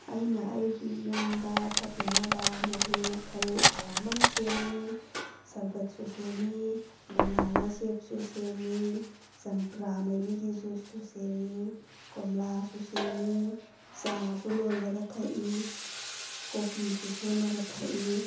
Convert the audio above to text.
ꯑꯩꯅ ꯑꯩꯒꯤ ꯌꯨꯟꯗ ꯊꯛꯅꯅꯕ ꯃꯍꯤ ꯃꯈꯜ ꯃꯌꯥꯝ ꯑꯃ ꯁꯦꯝꯃꯤ ꯁ꯭ꯔꯕꯠꯁꯨ ꯁꯦꯝꯃꯤ ꯕꯅꯥꯅ ꯁꯦꯛꯁꯨ ꯁꯦꯝꯃꯤ ꯆꯝꯄ꯭ꯔꯥ ꯃꯍꯤꯒꯤ ꯖꯨꯁꯁꯨ ꯁꯦꯝꯃꯤ ꯀꯣꯝꯂꯥꯁꯨ ꯁꯦꯝꯃꯤ ꯆꯥꯁꯨ ꯂꯣꯜꯂꯒ ꯊꯛꯏ ꯀꯣꯞꯐꯤꯁꯨ ꯁꯦꯝꯃꯒ ꯊꯛꯏ